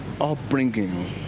Upbringing